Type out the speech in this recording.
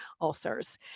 ulcers